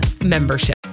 membership